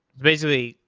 basically,